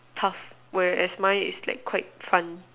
tough where as mine is quite fun